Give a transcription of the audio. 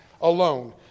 alone